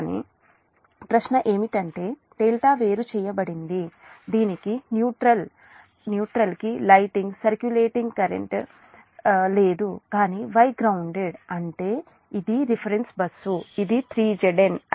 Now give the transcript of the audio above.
కానీ ప్రశ్న ఏమిటంటే డెల్టా వేరుచేయబడింది దీనికి న్యూట్రల్ సర్ కి లైటింగ్ సర్క్యులేట్ఇంగ్ కరెంట్ తటస్థ ప్రసరణ ప్రవాహం లేదు కానీ Y గ్రౌన్దేడ్ అంటే ఇది రిఫరెన్స్ బస్సు ఇది 3Zn అయిన 3